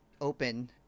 open